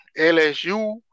LSU